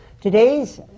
Today's